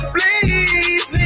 Please